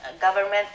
government